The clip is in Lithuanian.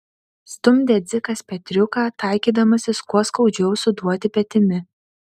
stumdė dzikas petriuką taikydamasis kuo skaudžiau suduoti petimi